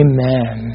Amen